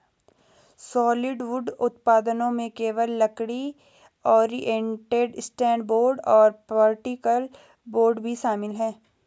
solid wood उत्पादों में केवल लकड़ी, ओरिएंटेड स्ट्रैंड बोर्ड और पार्टिकल बोर्ड भी शामिल है